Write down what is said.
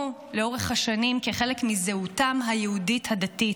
לאורך השנים כחלק מזהותם היהודית הדתית,